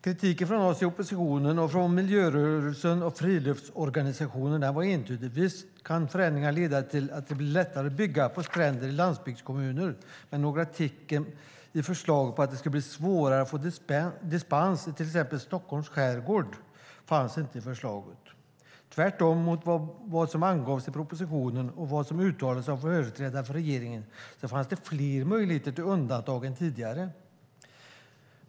Kritiken från oss i oppositionen, från miljörörelsen och från friluftsorganisationerna var entydig: Visst kan förändringar leda till att det blir lättare att bygga på stränder i landsbygdskommuner, men några tecken på att det skulle bli svårare att få dispens i till exempel Stockholms skärgård fanns inte i förslaget. Tvärtemot vad som angavs i propositionen och vad som uttalades av företrädare av regeringen fanns det fler möjligheter till undantag än tidigare.